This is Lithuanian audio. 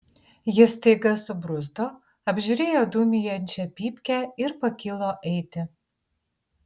jis staiga subruzdo apžiūrėjo dūmijančią pypkę ir pakilo eiti